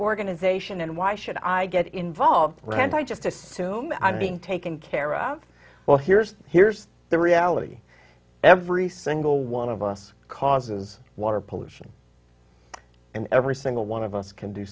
organization and why should i get involved and i just assume i'm being taken care of well here's here's the reality every single one of us causes water pollution and every single one of us can do